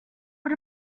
but